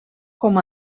com